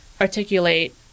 articulate